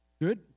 Good